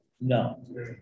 No